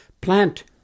plant